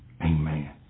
Amen